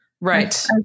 right